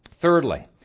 Thirdly